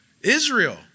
Israel